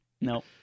No